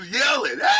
yelling